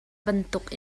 bantuk